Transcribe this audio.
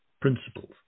principles